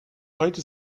heute